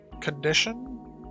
condition